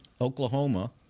Oklahoma